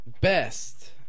best